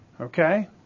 Okay